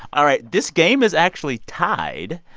all right. this game is actually tied.